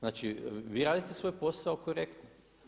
Znači vi raditi svoj posao korektno.